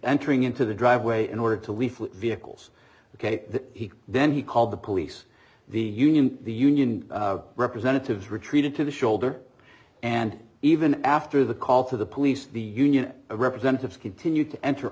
entering into the driveway in order to leaflet vehicles ok he then he called the police the union the union representatives retreated to the shoulder and even after the call to the police the union representatives continued to enter